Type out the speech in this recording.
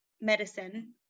medicine